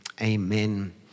amen